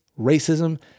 racism